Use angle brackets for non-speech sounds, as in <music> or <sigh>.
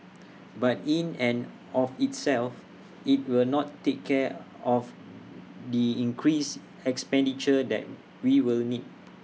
<noise> but in and of itself IT will not take care of the increased expenditure that we will need